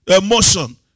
emotion